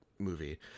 movie